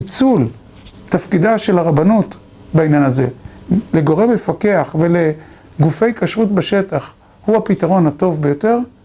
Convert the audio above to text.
תפקידה של הרבנות בעניין הזה לגורם מפקח ולגופי כשרות בשטח הוא הפתרון הטוב ביותר